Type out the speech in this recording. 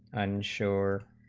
i'm sure